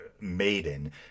maiden